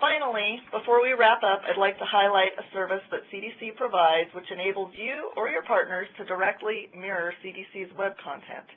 finally, before we wrap up, i'd like to highlight a service that cdc provides, which enables you or your partners to directly mirror cdc's web content.